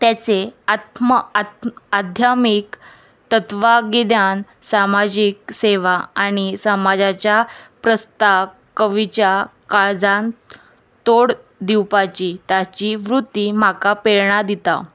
तेचे आत्म आत्म आध्यामीक तत्वागिज्ञान सामाजीक सेवा आनी समाजाच्या प्रस्ताक कविच्या काळजान तोड दिवपाची ताची वृत्ती म्हाका प्रेरणा दिता